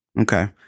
Okay